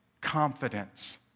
confidence